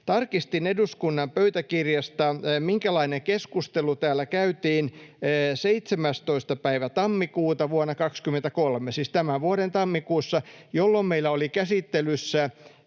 Tarkistin eduskunnan pöytäkirjasta, minkälainen keskustelu täällä käytiin 17. päivä tammikuuta vuonna 23, siis tämän vuoden tammikuussa, jolloin meillä oli käsittelyssä